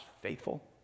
faithful